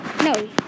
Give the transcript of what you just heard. No